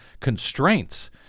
constraints